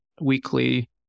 weekly